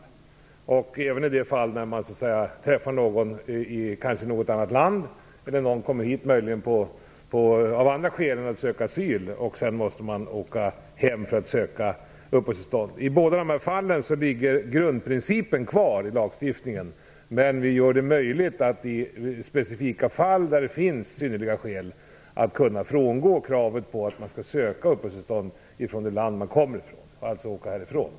Det gäller även i det fall man kanske träffat någon i ett annat land, eller att någon möjligen kommer hit av andra skäl än att söka asyl och sedan måste åka hem för att söka uppehållstillstånd. I båda dessa fall ligger grundprincipen kvar i lagstiftningen. Men vi gör det möjligt att i specifika fall där det finns synnerliga skäl kunna frångå kravet på att man skall söka uppehållstillstånd ifrån det land man kommer från och alltså åka härifrån.